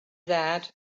that